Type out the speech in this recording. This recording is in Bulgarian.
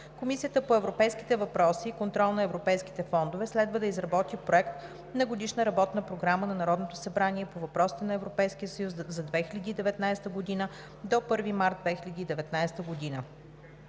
Комисията по европейските въпроси и контрол на европейските фондове следва да изработи проект на Годишна работна програма на Народното събрание по въпросите на Европейския съюз за 2019 г. до 1 март 2019 г.